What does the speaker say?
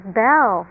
bell